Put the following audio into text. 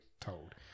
told